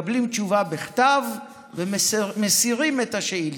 מקבלים תשובה בכתב ומסירים את השאילתה.